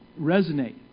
resonate